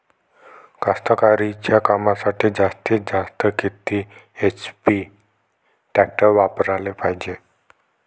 कास्तकारीच्या कामासाठी जास्तीत जास्त किती एच.पी टॅक्टर वापराले पायजे?